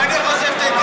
גם אני חושב שכן.